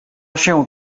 się